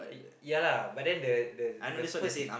yeah lah but then the the the first